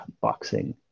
Boxing